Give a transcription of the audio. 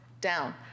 down